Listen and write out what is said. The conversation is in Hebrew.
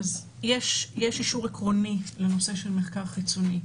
יש אישור עקרוני לנושא של מחקר חיצוני.